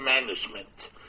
management